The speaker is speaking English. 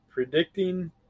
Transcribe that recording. Predicting